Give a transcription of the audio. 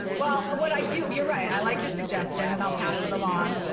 well, what i do you're right. i like your suggestion, and i'll pass it along.